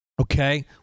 Okay